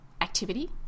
activity